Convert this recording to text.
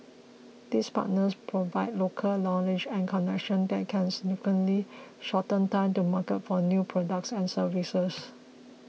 these partners provide local knowledge and connections that can significantly shorten time to market for new products and services